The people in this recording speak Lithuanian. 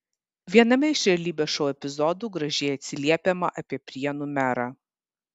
viename iš realybės šou epizodų gražiai atsiliepiama apie prienų merą